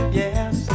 yes